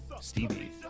Stevie